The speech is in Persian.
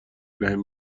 بهم